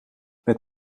met